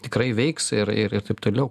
tikrai veiks ir ir ir taip toliau